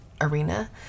arena